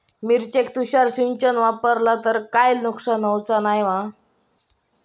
मिरचेक तुषार सिंचन वापरला तर काय नुकसान होऊचा नाय मा?